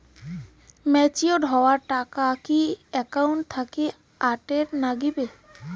Matured হওয়া টাকাটা কি একাউন্ট থাকি অটের নাগিবে?